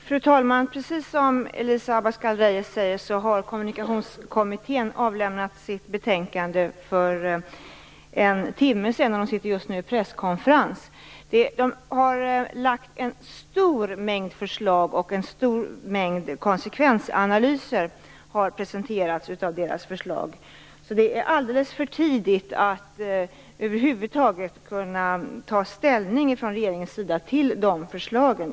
Fru talman! Precis som Elisa Abascal Reyes säger har Kommunikationskommittén avlämnat sitt betänkande för en timme sedan. Det pågår just nu en presskonferens. Kommittén har lagt fram en stor mängd förslag, och en stor mängd konsekvensanalyser kopplade till förslagen har presenterats. Det är nu alldeles för tidigt för regeringen att över huvud taget kunna ta ställning till de förslagen.